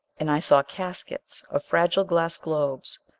and i saw caskets of fragile glass globes,